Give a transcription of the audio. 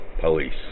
police